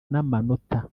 n’amanota